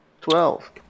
Twelve